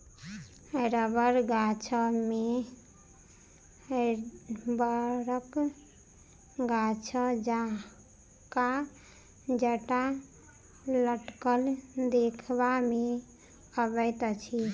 रबड़ गाछ मे बड़क गाछ जकाँ जटा लटकल देखबा मे अबैत अछि